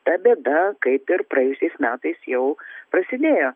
ta bėda kaip ir praėjusiais metais jau prasidėjo